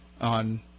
on